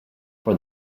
for